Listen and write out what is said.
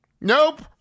Nope